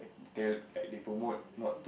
they like they promote not to